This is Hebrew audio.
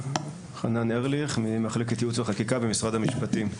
חנן ארליך ממחלקת ייעוץ וחקיקה במשרד המשפטים.